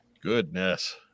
Goodness